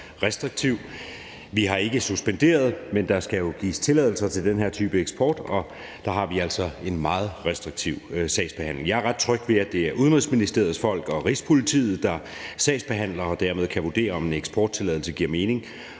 Vi har ikke suspenderet, men der skal jo gives tilladelser til den her type eksport, og der har vi altså en meget restriktiv sagsbehandling. Jeg er ret tryg ved, at det er Udenrigsministeriets folk og Rigspolitiet, der sagsbehandler og dermed kan vurdere, om en eksporttilladelse giver mening,